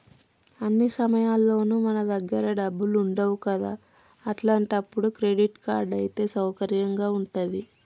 అన్ని సమయాల్లోనూ మన దగ్గర డబ్బులు ఉండవు కదా అట్లాంటప్పుడు క్రెడిట్ కార్డ్ అయితే సౌకర్యంగా ఉంటది